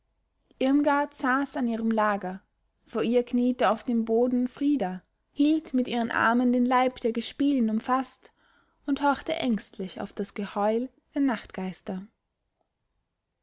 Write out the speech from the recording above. irmgard saß an ihrem lager vor ihr kniete auf dem boden frida hielt mit ihren armen den leib der gespielin umfaßt und horchte ängstlich auf das geheul der